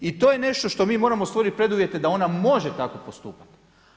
I to je nešto što mi moramo stvoriti preduvjete da ona može tako postupati.